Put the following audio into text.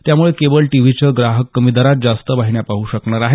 त्यामुळे केबल टीव्हीचे ग्राहक कमी दरात जास्त वाहिन्या पाहू शकणार आहेत